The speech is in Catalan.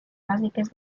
bàsiques